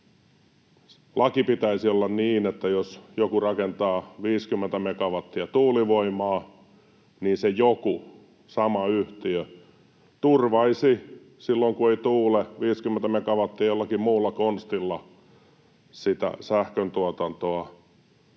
Lain pitäisi olla niin, että jos joku rakentaa 50 megawattia tuulivoimaa, niin se joku sama yhtiö turvaisi silloin, kun ei tuule, 50 megawattia jollakin muulla konstilla sitä sähköntuotantoa